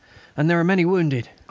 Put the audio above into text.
and there are many wounded.